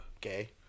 gay